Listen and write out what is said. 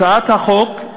הצעת החוק,